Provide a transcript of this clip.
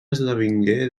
esdevingué